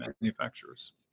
manufacturers